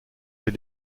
des